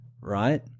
right